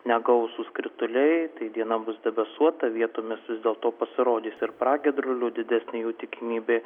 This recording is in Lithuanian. negausūs krituliai tai diena bus debesuota vietomis vis dėlto pasirodys ir pragiedrulių didesnė jų tikimybė